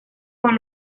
con